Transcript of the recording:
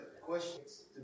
Questions